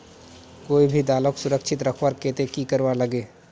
कोई भी दालोक सुरक्षित रखवार केते की करवार लगे?